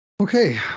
Okay